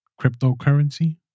cryptocurrency